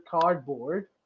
cardboard